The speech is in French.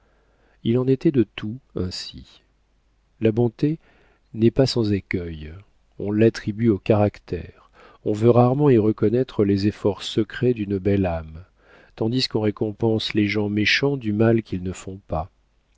il en était de tout ainsi la bonté n'est pas sans écueils on l'attribue au caractère on veut rarement y reconnaître les efforts secrets d'une belle âme tandis qu'on récompense les gens méchants du mal qu'ils ne font pas